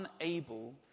unable